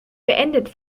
beendet